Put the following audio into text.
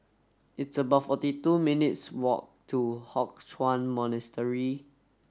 it's about forty two minutes' walk to Hock Chuan Monastery